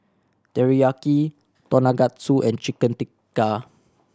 Teriyaki Tonkatsu and Chicken Tikka